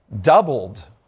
doubled